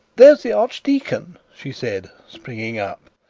there's the archdeacon she said, springing up.